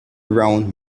around